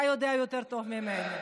יוליה, איך קוראים לו?